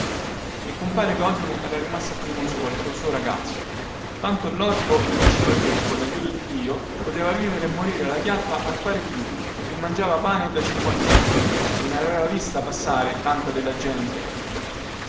e compare cosimo era rimasto a primosole col sul ragazzo tanto lorbo gli diceva che collaiuto di dio poteva vivere e morire alla chiatta al pari di lui che vi mangiava pane da cinquantanni e ne aveva vista passare tanta della gente